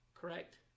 correct